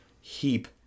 heap